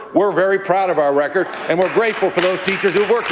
we're very proud of our record, and we're grateful to those teachers who